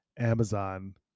Amazon